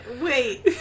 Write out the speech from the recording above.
Wait